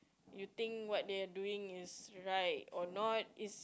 you think what they're doing is right or not